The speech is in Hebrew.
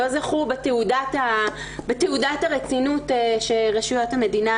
לא זכו בתעודת הרצינות שרשויות המדינה